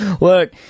Look